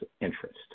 interest